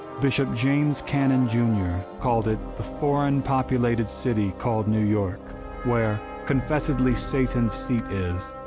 bishop james cannon, jr. called it the foreign-populated city called new york where confessedly satan's seat is,